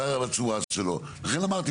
לכן אמרתי,